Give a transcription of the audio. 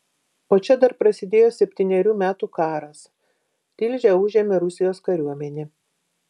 o čia dar prasidėjo septynerių metų karas tilžę užėmė rusijos kariuomenė